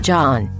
John